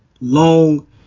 long